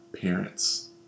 parents